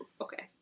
okay